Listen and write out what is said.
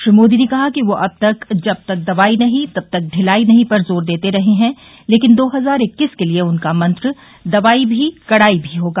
श्री मोदी ने कहा कि वे अब तक जब तक दवाई नहीं तब तक ढिलाई नहीं पर जोर देते रहे हैं लेकिन दो हजार इक्कीस के लिए उनका मंत्र दवाई भी कड़ाई भी होगा